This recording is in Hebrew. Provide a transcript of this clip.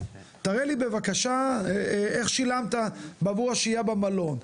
תראה לי בבקשה איך שילמת בעבור השהייה במלון.